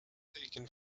taken